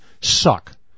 suck